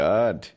God